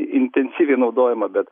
intensyviai naudojama bet